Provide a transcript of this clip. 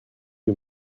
you